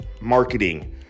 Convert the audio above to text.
marketing